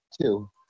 two